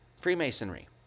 Freemasonry